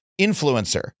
influencer